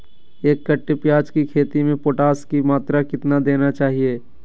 एक कट्टे प्याज की खेती में पोटास की मात्रा कितना देना चाहिए?